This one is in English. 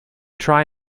try